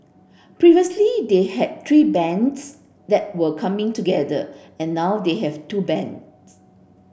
previously they had three bands that were coming together and now they have two band